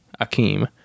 Akeem